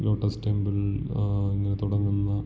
lotus Temple ഇങ്ങനെ തുടങ്ങുന്ന